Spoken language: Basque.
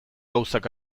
gauzak